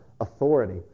authority